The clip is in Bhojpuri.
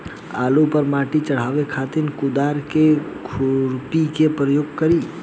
आलू पर माटी चढ़ावे खातिर कुदाल या खुरपी के प्रयोग करी?